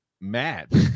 mad